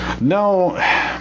no